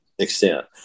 Extent